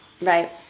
right